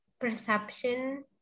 perception